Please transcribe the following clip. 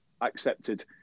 accepted